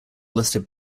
listed